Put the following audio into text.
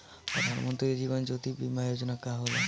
प्रधानमंत्री जीवन ज्योति बीमा योजना का होला?